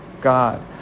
God